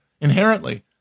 inherently